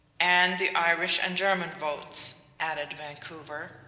and the irish and german votes, added vancouver,